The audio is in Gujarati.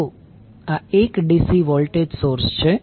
તો આ એક DC વોલ્ટેજ સોર્સ છે